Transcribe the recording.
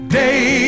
day